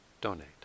donate